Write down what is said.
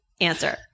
answer